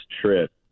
trip